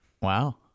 Wow